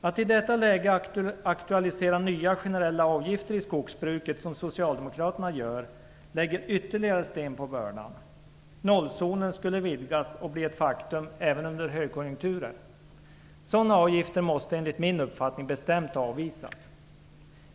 Att i detta läge aktualisera nya generella avgifter i skogsbruket, som Socialdemokraterna gör, lägger ytterligare sten på bördan. Nollzonen skulle vidgas och bli ett faktum även under högkonjukturer. Sådana avgifter måste enligt min uppfattning bestämt avvisas.